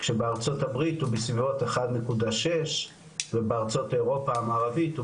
כשבארצות הברית הוא בסביבות 1.6 ובארצות אירופה המערבית הוא